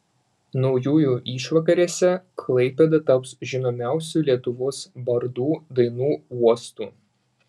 naujųjų išvakarėse klaipėda taps žinomiausių lietuvos bardų dainų uostu